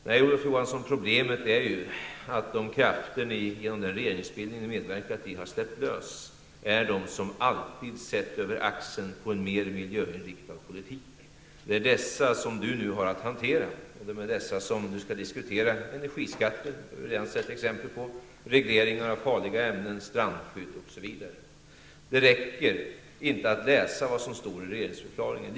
Nej, problemet är ju att de krafter Olof Johansson genom den regeringsbildning han medverkat i har släppt lös är de som alltid har sett över axeln på en mer miljöinriktad politik. Det är dessa som Olof Johansson nu har att hantera, det är med dessa som han skall diskutera energiskatter -- vilket vi redan har fått exempel på --, regleringar av farliga ämnen, strandskydd, osv. Det räcker inte att läsa vad som står i regeringsförklaringen.